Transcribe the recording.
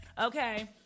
Okay